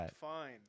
fine